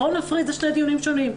בואו נפריד, אלה שני דיונים שונים.